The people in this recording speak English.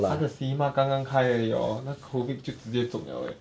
他的 cinema 刚刚开而已哦那 COVID 就直接中 liao leh